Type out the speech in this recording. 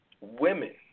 Women